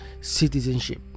citizenship